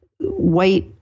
white